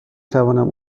توانم